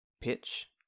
Pitch